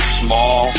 small